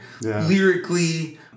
lyrically